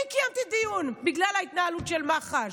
אני קיימתי דיון בגלל ההתנהלות של מח"ש.